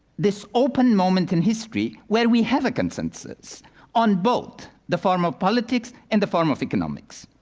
this open moment in history, where we have a consensus on both the form of politics and the form of economics.